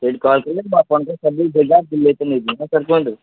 ସେଇଠି କଲ୍ କଲେ ମୁଁ ଆପଣଙ୍କୁ ସବୁ ଜାଗା ବୁଲେଇକି ନେଇଯିବି ହଁ ସାର୍ କୁହନ୍ତୁ